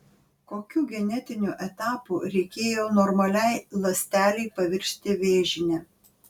kokių genetinių etapų reikėjo normaliai ląstelei pavirsti vėžine